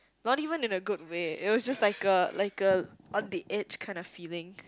not even in a good way it was just like a like a on the edge kind of feeling